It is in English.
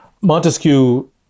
Montesquieu